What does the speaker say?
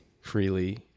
freely